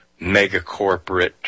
megacorporate